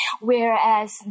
Whereas